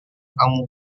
kamu